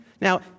Now